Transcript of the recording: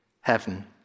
heaven